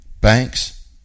Banks